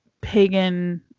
pagan